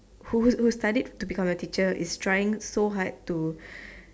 who who studied to become a teacher is trying so hard to